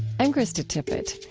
i'm krista tippett.